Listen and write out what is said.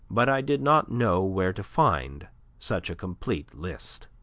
but i did not know where to find such a complete list.